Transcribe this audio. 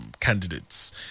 candidates